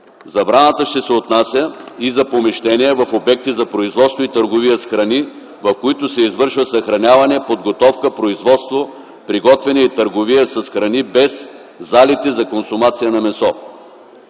Забраната ще се отнася и за помещения в обекти за производство и търговия с храни, в които се извършва съхраняване, подготовка, производство, приготвяне и търговия с храни, без залите за консумация на място.